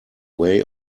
way